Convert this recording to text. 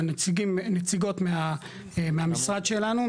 נציגות מהמשרד שלנו,